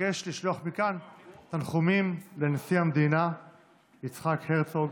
מבקש לשלוח מכאן תנחומים לנשיא המדינה יצחק הרצוג